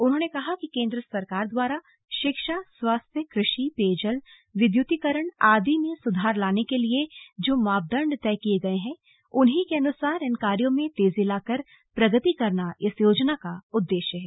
उन्होंने कहा कि केंद्र सरकार द्वारा शिक्षा स्वास्थ्य कृषि पेयजल विद्युतीकरण आदि में सुधार लाने के लिए जो मापदंड तय किये गये हैं उन्हीं के अनुसार इन कार्यों में तेजी लाकर प्रगति करना इस योजना का उद्देश्य है